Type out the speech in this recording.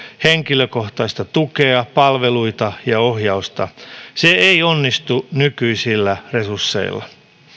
henkilökohtaista tukea palveluita ja ohjausta se ei onnistu nykyisillä resursseilla